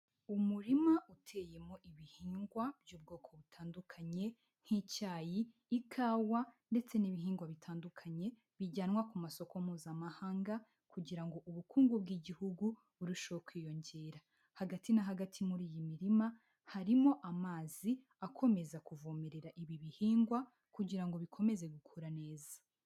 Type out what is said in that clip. Umurima uteyemo ibihingwa by'ubwoko butandukanye, nk'icyayi, ikawa, ndetse n'ibihingwa bitandukanye bijyanwa ku masoko mpuzamahanga, kugira ngo ubukungu bw'igihugu burusheho kwiyongera, hagati na hagati muri iyi mirima harimo amazi akomeza kuvomerera ibi bihingwa kugira ngo bikomeze gukura neza.